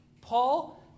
Paul